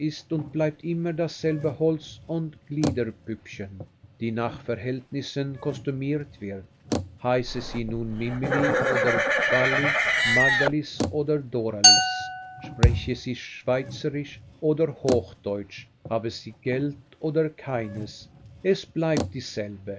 und bleibt immer dasselbe holz und gliederpüppchen die nach verhältnissen kostümiert wird heiße sie nun mimili oder vally magdalis oder doralice spreche sie schweizerisch oder hochdeutsch habe sie geld oder keines es bleibt dieselbe